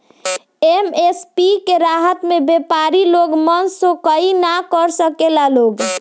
MSP के रहता में व्यपारी लोग मनसोखइ ना कर सकेला लोग